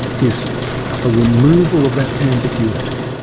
is a removal of that ambiguity